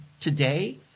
today